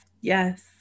Yes